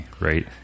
right